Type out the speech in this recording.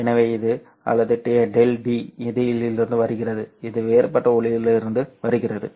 எனவே இது அல்லது Δd இலிருந்து வருகிறது இது வேறுபட்ட ஒளியிலிருந்து வருகிறது